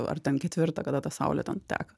ar ten ketvirtą kada ta saulė ten teka